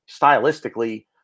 stylistically